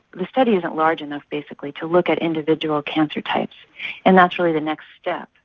the study isn't large enough basically to look at individual cancer types and naturally the next step,